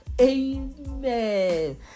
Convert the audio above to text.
Amen